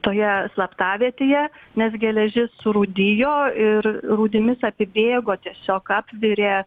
toje slaptavietėje nes geležis surūdijo ir rūdimis apibėgo tiesiog apvirė